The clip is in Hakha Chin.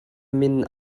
min